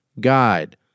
guide